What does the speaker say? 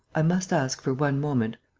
i must ask for one moment.